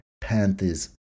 Panthers